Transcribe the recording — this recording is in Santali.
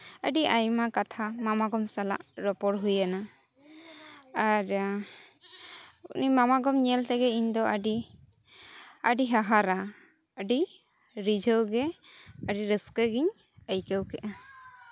ᱟᱹᱰᱤ ᱟᱭᱢᱟ ᱠᱟᱛᱷᱟ ᱢᱟᱢᱟ ᱜᱚ ᱥᱟᱞᱟᱜ ᱨᱚᱯᱚᱲ ᱦᱩᱭᱱᱟ ᱟᱨ ᱩᱱᱤ ᱢᱟᱢᱟ ᱜᱚ ᱧᱮᱞ ᱛᱮᱜᱮ ᱤᱧ ᱫᱚ ᱟᱹᱰᱤ ᱦᱟᱦᱟᱲᱟ ᱟᱹᱰᱤ ᱨᱤᱡᱷᱟᱹᱣ ᱜᱮ ᱟᱹᱰᱤ ᱨᱟᱹᱥᱠᱟᱹ ᱜᱤᱧ ᱟᱹᱭᱠᱟᱹᱣ ᱠᱮᱜᱼᱟ